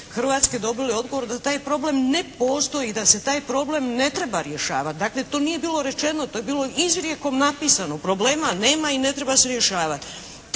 Hrvatske dobili odgovor da taj problem ne postoji, da se taj problem ne može rješavati. Dakle to nije bilo rečeno. To je bilo izrijekom napisano. Problema nema i ne treba se riješavati.